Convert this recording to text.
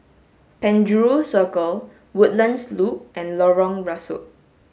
Penjuru Circle Woodlands Loop and Lorong Rusuk